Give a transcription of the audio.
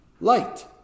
Light